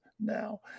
now